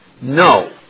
No